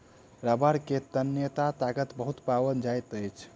रबड़ में तन्यता ताकत बहुत पाओल जाइत अछि